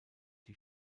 die